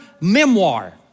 memoir